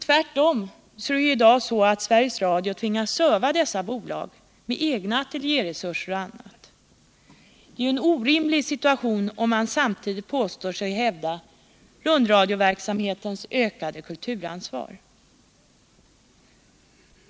Tvärtom tvingas Sveriges Radio i dag serva dessa bolag med egna ateljéresurser och annat. Det är en orimlig situation om man samtidigt påstår sig hävda rundradioverksamhetens ökade kulturans rar.